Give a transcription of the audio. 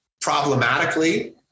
problematically